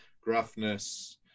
gruffness